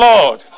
Lord